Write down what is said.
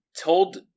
told